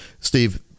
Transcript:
Steve